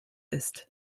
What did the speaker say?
ist